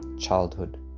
childhood